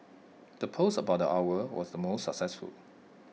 the post about the owl was the most successful